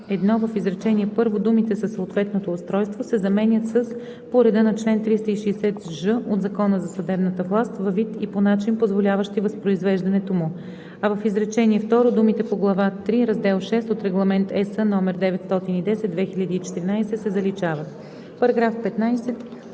1, в изречение първо думите „със съответното устройство“ се заменят с „по реда на чл. 360ж от Закона за съдебната власт във вид и по начин, позволяващи възпроизвеждането му“, а в изречение второ думите „по глава III, раздел 6 от Регламент (ЕС) № 910/2014“ се заличават.“ По § 15